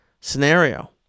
scenario